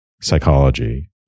psychology